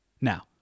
Now